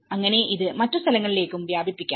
അങ്ങനെ ഇത് മറ്റസ്ഥലങ്ങളിലേക്കും വ്യാപിപ്പിക്കാം